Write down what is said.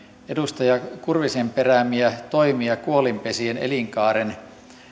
edustaja kurvisen peräämiä toimia kuolinpesien elinkaaren